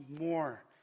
more